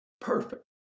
perfect